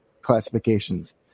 classifications